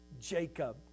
Jacob